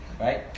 right